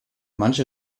manche